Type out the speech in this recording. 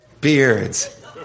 Beards